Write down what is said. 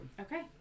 Okay